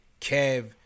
Kev